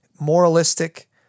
moralistic